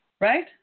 right